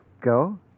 Go